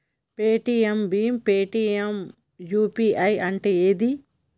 Paytm భీమ్ Paytm UPI అంటే ఏంది?